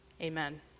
Amen